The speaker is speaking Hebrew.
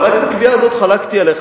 בקביעה הזאת חלקתי עליך,